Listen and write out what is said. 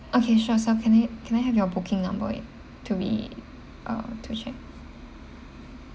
okay sure so can I can I have your booking number it to be uh to check